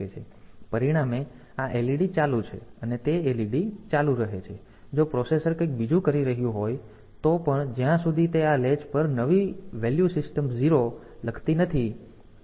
પરિણામે આ LED ચાલુ છે અને તે LED તેથી ચાલુ રહે છે જો પ્રોસેસર કંઈક બીજું કરી રહ્યું હોય તો પણ જ્યાં સુધી તે આ લેચ પર નવી વેલ્યુ સિસ્ટમ 0 લખતી નથી